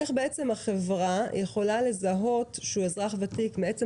איך החברה יכולה לזהות שהוא אזרח ותיק מעצם